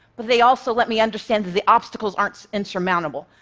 but they also let me understand the the obstacles aren't insurmountable.